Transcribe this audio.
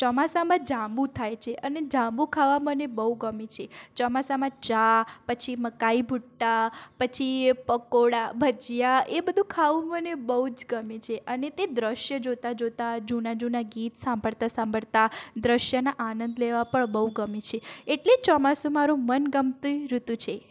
ચોમાસામાં જાંબુ થાય છે અને જાંબુ ખાવા મને બહુ ગમે છે ચોમાસામાં ચા પછી મકાઈ ભૂટ્ટા પછી પકોડા ભજીયા એ બધું ખાવું મને બહુ જ ગમે છે અને તે દૃશ્ય જોતા જોતા જૂના જૂના ગીત સાંભળતા સાંભળતા દૃશ્યના આનંદ લેવા પણ બહુ ગમે છે એટલે જ ચોમાસું મારું મનગમતું ઋતુ છે